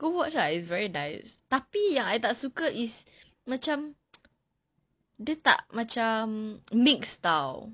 go watch lah it's very nice tapi yang I tak suka is macam dia tak macam mix [tau]